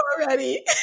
already